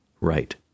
Right